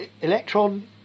Electron